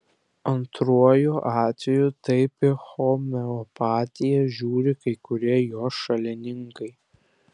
antruoju atveju taip į homeopatiją žiūri kai kurie jos šalininkai